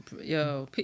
yo